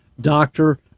doctor